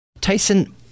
tyson